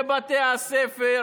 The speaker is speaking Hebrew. בבתי הספר,